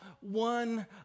one